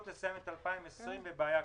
בבעיה קשה.